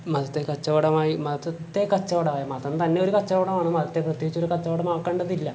മതത്തെ കച്ചവടമായി മതത്തെ കച്ചവടമായി മതം തന്നെ ഒരു കച്ചവടമാണ് മതത്തെ പ്രത്യേകിച്ച് ഒരു കച്ചവടമാക്കേണ്ടതില്ല